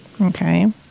Okay